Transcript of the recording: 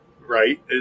Right